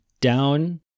down